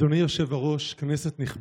אדוני היושב-ראש, כנסת נכבדה,